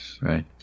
right